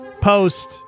post